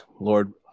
Lord